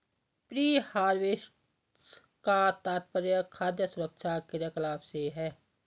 pre harvest का तात्पर्य खाद्य सुरक्षा क्रियाकलाप से है